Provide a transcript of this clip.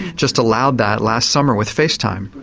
just allowed that last summer with facetime.